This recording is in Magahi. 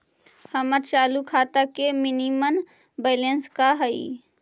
हमर चालू खाता के मिनिमम बैलेंस का हई?